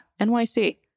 NYC